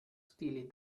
steely